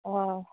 অঁ